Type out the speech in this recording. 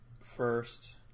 first